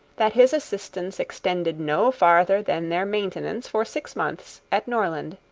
that his assistance extended no farther than their maintenance for six months at norland.